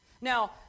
Now